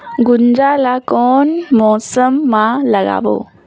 गुनजा ला कोन मौसम मा लगाबो?